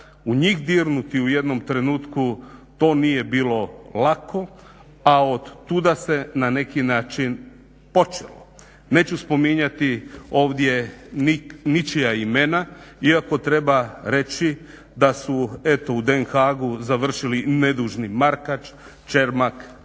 u njih dirnuti u jednom trenutku to nije bilo lako, a od tuda se na neki način počelo. Neću spominjati ovdje ničija imena iako treba reći da su eto u Den Haagu završili nedužni Markač, Čermak,